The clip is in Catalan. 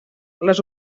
les